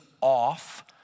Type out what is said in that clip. off